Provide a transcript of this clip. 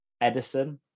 Edison